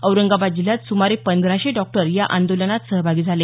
औरंगाबाद जिल्हयात सुमारे पंधराशे डॉक्टर या आंदोलनात सहभागी झाले